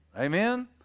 Amen